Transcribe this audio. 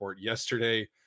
yesterday